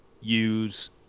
use